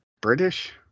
British